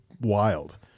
wild